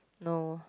no